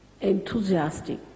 enthusiastic